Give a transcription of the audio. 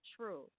true